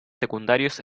secundarios